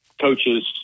coaches